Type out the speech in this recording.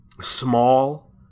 small